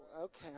Okay